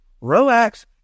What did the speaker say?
Relax